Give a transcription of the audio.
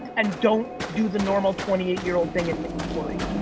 and don't do the normal twenty eight year old thing and get worried.